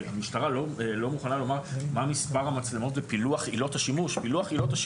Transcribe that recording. המשטרה לא מוכנה לומר מה מספר המצלמות ופילוח עילות השימוש.